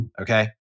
okay